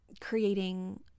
creating